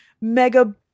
mega